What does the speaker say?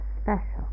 special